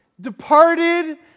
departed